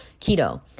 Keto